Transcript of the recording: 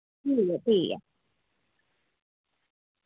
ठीक ऐ ठीक ऐ